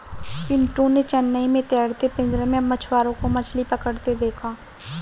पिंटू ने चेन्नई में तैरते पिंजरे में मछुआरों को मछली पकड़ते देखा